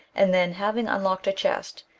and then, having unlocked a chest,